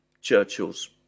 Churchill's